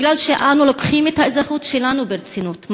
כי אנו לוקחים את האזרחות שלנו ברצינות,